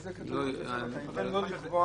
איזה קריטריון לקבוע